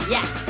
Yes